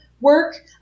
work